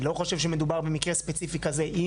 אני לא חושב שמדובר במקרה ספציפי כזה.